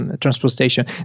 transportation